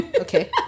Okay